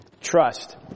Trust